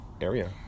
area